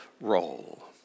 role